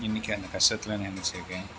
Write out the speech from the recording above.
இன்னிக்கி அந்த கஷ்டத்தெல்லாம் நினைச்சிருக்கேன்